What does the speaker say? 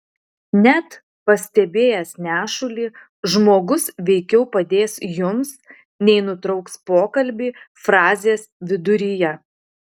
net pastebėjęs nešulį žmogus veikiau padės jums nei nutrauks pokalbį frazės viduryje